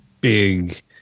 big